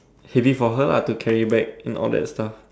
heavy for her lah to carry back and all that stuff